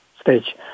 stage